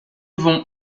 vont